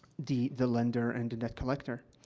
the the lender and the debt collector.